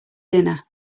dinner